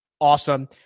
Awesome